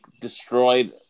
destroyed